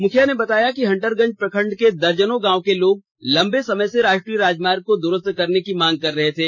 मुखिया ने बताया कि हंटरगंज प्रखंड के दर्जनों गांव के लोग लंबे समय से राष्ट्रीय राजमार्ग को दुरुस्त करने की मांग कर रहे थे